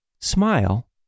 Smile